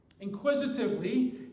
inquisitively